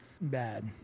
bad